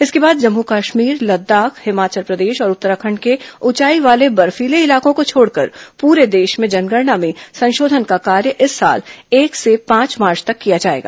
इसके बाद जम्मू कश्मीर लद्दाख हिमाचल प्रदेश और उत्तराखंड के ऊंचाई वाले बर्फीले इलाकों को छोडकर पूरे देश में जनगणना में संशोधन का कार्य इस साल एक से पांच मार्च तक किया जाएगा